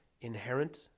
inherent